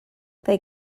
they